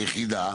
היחידה,